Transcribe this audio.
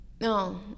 no